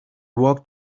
walked